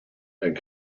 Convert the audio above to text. and